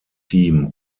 team